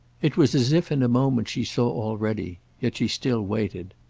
it was as if in a moment she saw already yet she still waited.